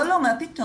לא, מה פתאום?